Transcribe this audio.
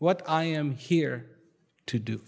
what i am here to do